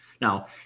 Now